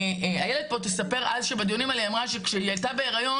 איילת פה תספר איך אז בדיונים האלה כשהיא הייתה בהריון